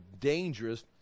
dangerous